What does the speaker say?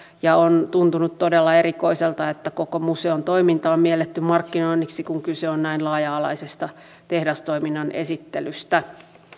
ja on tuntunut todella erikoiselta että koko museon toiminta on mielletty markkinoinniksi kun kyse on näin laaja alaisesta tehdastoiminnan esittelystä